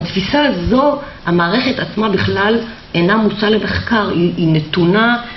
התפיסה הזו, המערכת עצמה בכלל, אינה מוצאה למחקר, היא נתונה